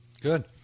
Good